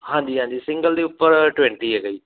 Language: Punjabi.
ਹਾਂਜੀ ਹਾਂਜੀ ਸਿੰਗਲ ਦੇ ਉੱਪਰ ਟਵੈਂਟੀ ਹੈਗਾ ਜੀ